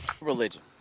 religion